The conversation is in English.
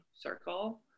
circle